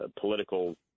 political